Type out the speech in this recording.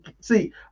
See